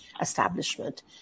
establishment